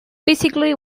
basically